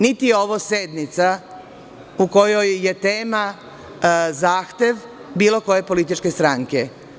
Niti je ovo sednica u kojoj je tema zahtev bilo koje političke stranke.